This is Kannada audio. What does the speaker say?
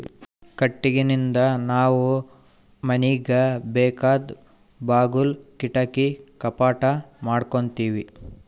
ಕಟ್ಟಿಗಿನಿಂದ್ ನಾವ್ ಮನಿಗ್ ಬೇಕಾದ್ ಬಾಗುಲ್ ಕಿಡಕಿ ಕಪಾಟ್ ಮಾಡಕೋತೀವಿ